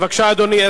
בבקשה, אדוני.